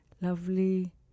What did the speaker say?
lovely